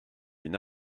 une